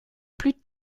plus